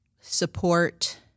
support